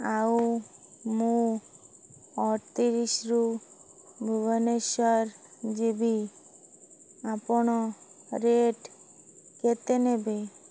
ଆଉ ମୁଁ ଅଡ଼ତିରିଶ୍ରୁ ଭୁବନେଶ୍ୱର ଯିବି ଆପଣ ରେଟ୍ କେତେ ନେବେ